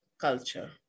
culture